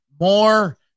more